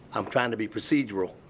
i'm trying to be procedural.